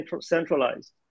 centralized